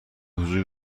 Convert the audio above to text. حضور